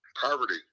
Poverty